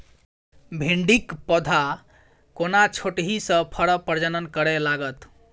भिंडीक पौधा कोना छोटहि सँ फरय प्रजनन करै लागत?